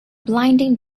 blinding